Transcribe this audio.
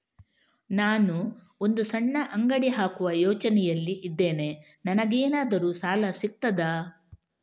ನಾನು ಒಂದು ಸಣ್ಣ ಅಂಗಡಿ ಹಾಕುವ ಯೋಚನೆಯಲ್ಲಿ ಇದ್ದೇನೆ, ನನಗೇನಾದರೂ ಸಾಲ ಸಿಗ್ತದಾ?